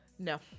No